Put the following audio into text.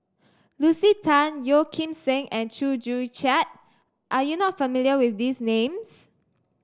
Lucy Tan Yeo Kim Seng and Chew Joo Chiat are you not familiar with these names